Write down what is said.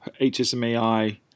HSMAI